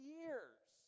years